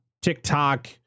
TikTok